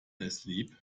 asleep